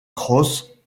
crosses